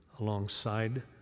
alongside